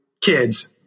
kids